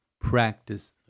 practice